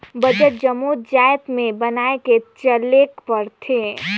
budget जम्मो जाएत में बनाए के चलेक परथे